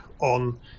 on